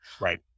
Right